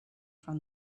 from